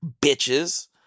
bitches